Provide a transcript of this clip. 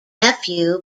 nephew